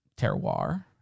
terroir